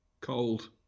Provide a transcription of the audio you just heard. Cold